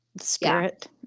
spirit